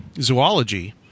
zoology